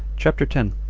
chapter ten.